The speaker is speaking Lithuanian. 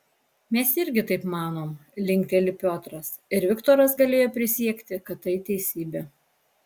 mes irgi taip manom linkteli piotras ir viktoras galėjo prisiekti kad tai teisybė